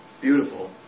Beautiful